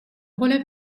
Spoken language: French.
relèvent